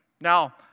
Now